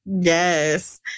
Yes